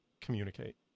communicate